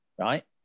right